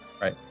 right